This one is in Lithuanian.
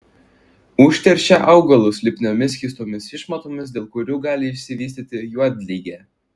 užteršia augalus lipniomis skystomis išmatomis dėl kurių gali išsivystyti juodligė